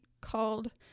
called